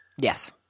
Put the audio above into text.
Yes